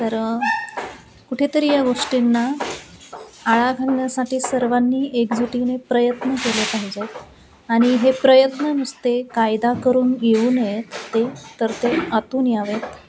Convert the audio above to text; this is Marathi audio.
तर कुठेतरी या गोष्टींना आळा घालण्यासाठी सर्वांनी एकजुटीने प्रयत्न केले पाहिजे आणि हे प्रयत्न नुसते कायदा करून येऊ नयेत ते तर ते आतून यावेत